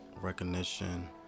Recognition